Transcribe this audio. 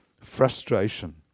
Frustration